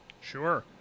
Sure